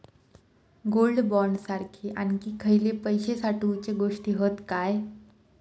Gold bond सारखे आणखी खयले पैशे साठवूचे गोष्टी हत काय?